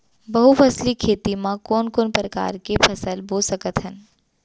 बहुफसली खेती मा कोन कोन प्रकार के फसल बो सकत हन?